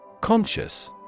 Conscious